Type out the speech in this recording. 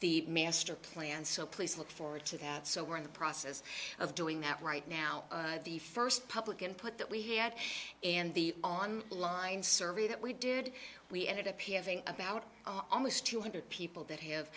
the master plan so please look forward to that so we're in the process of doing that right now the first public input that we had and the on line survey that we did we ended up having about almost two hundred people that have